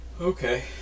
Okay